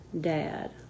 dad